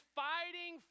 fighting